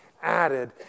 Added